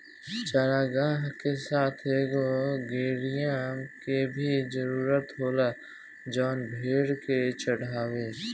चारागाह के साथ एगो गड़ेड़िया के भी जरूरत होला जवन भेड़ के चढ़ावे